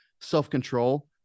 self-control